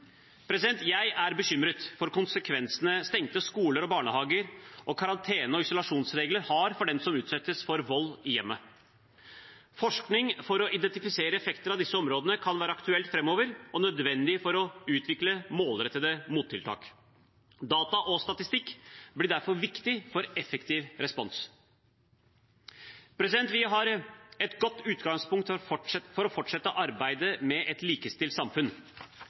Jeg er bekymret for konsekvensene stengte skoler og barnehager og karantene- og isolasjonsregler har for den som utsettes for vold i hjemmet. Forskning for å identifisere effekter av disse områdene kan være aktuelt framover og nødvendig for å utvikle målrettede mottiltak. Data og statistikk blir derfor viktig for effektiv respons. Vi har et godt utgangspunkt for å fortsette arbeidet med et likestilt samfunn.